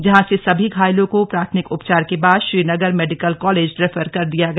जहां से सभी घायलों को प्राथमिक उपचार के बाद श्रीनगर मेडिकल कालेज रेफर कर दिया गया